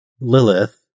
Lilith